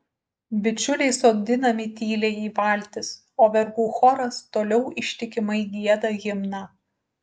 bičiuliai sodinami tyliai į valtis o vergų choras toliau ištikimai gieda himną